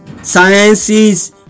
sciences